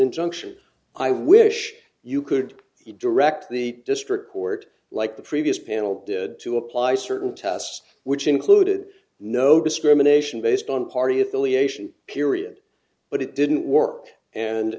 injunction i wish you could you direct the district court like the previous panel did to apply certain tests which included no discrimination based on party affiliation period but it didn't work and